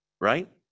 right